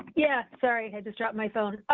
yeah sorry i just dropped my phone.